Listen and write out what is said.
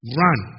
run